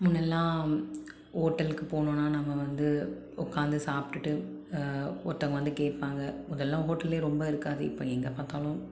முன்னெல்லாம் ஹோட்டலுக்கு போகணும்ன்னா நம்ம வந்து உட்காந்து சாப்டுட்டு ஒருத்தவங்க வந்து கேட்பாங்க முதல்லாம் ஹோட்டலே ரொம்ப இருக்காது இப்போ எங்கே பார்த்தாலும்